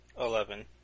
Eleven